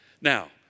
Now